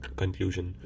conclusion।